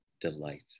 delight